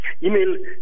E-Mail